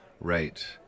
Right